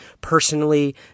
personally